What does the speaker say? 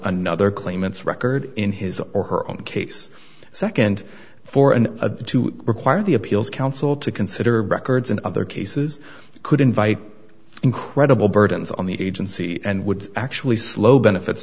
another claimants record in his or her own case second for an a to require the appeals council to consider records in other cases could invite incredible burdens on the agency and would actually slow benefits